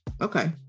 Okay